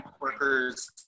workers